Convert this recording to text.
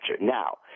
Now